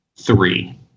three